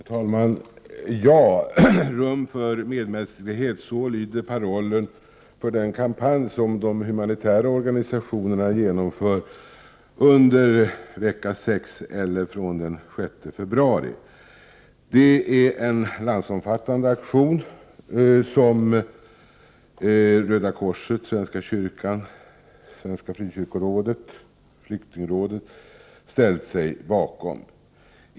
Herr talman! Ja —- rum för medmänsklighet. Så lyder parollen för den kampanj som de humanitära organisationerna genomför under vecka 6, eller från den 6 februari. Det är en landsomfattande aktion som Röda korset, svenska kyrkan, Svenska frikyrkorådet och Flyktingrådet ställt sig bakom.